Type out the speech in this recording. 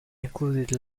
included